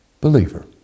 believer